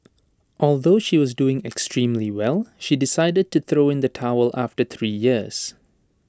although she was doing extremely well she decided to throw in the towel after three years